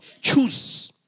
choose